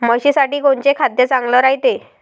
म्हशीसाठी कोनचे खाद्य चांगलं रायते?